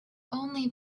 only